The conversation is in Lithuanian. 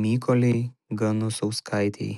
mykolei ganusauskaitei